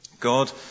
God